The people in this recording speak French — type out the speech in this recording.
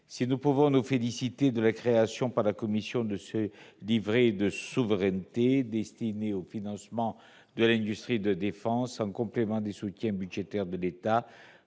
Si nous nous félicitons de la création, par la commission, de ce livret de souveraineté destiné au financement de l'industrie de défense, qui complète les soutiens budgétaires de l'État,